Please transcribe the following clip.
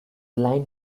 line